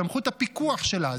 בסמכות הפיקוח שלה.